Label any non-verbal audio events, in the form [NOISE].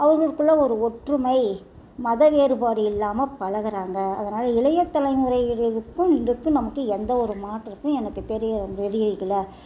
அவங்களுக்குள்ள ஒரு ஒற்றுமை மதவேறுபாடு இல்லாமல் பழகுறாங்க அதனால் இளைய தலைமுறையினருக்கும் இதற்கும் நமக்கு எந்த ஒரு மாற்றமும் எனக்கு தெரிய [UNINTELLIGIBLE]